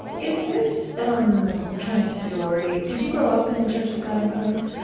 is this um kind of story did you grow up in the church of god in christ?